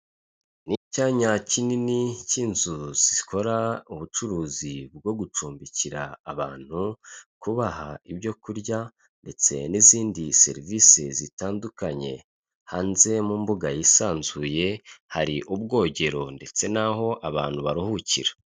Ni icyanya kinini cy'inzu zikora ubucuruzi bwo gucumbikira abantu, kubaha ibyo kurya, ndetse n'izindi serivisi zitandukanye, hanze mu mbuga yisanzuye, hari ubwogero, ndetse n'aho abantu baruhukira.